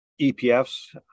EPFs